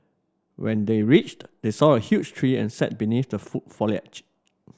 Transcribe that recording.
when they reached they saw a huge tree and sat beneath the full foliage